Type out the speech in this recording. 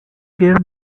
gave